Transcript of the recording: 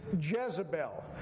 Jezebel